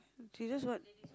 she just what